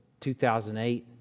2008